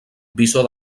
visor